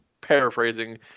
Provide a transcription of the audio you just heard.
paraphrasing